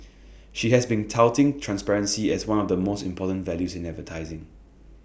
she has been touting transparency as one of the most important values in advertising